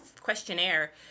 questionnaire